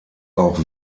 auch